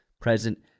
present